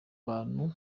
bantu